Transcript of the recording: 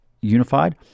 unified